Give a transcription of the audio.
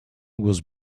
was